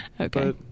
Okay